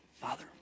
Father